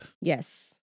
Yes